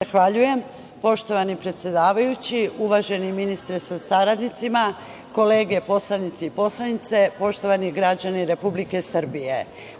Zahvaljujem. Poštovani predsedavajući, uvaženi ministre sa saradnicima, kolege poslanici i poslanice, poštovani građani Republike Srbije,